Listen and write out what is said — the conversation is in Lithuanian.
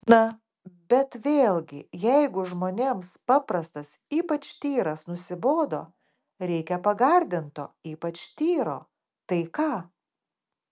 na bet vėlgi jeigu žmonėms paprastas ypač tyras nusibodo reikia pagardinto ypač tyro tai ką